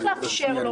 צריך לאפשר לו